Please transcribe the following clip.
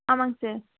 ஆமாம்ங்க சார்